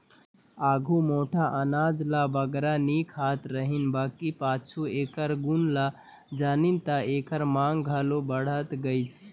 आघु मोट अनाज ल बगरा नी खात रहिन बकि पाछू एकर गुन ल जानिन ता एकर मांग घलो बढ़त गइस